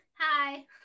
hi